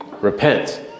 Repent